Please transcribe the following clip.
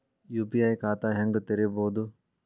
UPI ಖಾತಾ ಹೆಂಗ್ ತೆರೇಬೋದು?